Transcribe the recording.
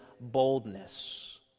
boldness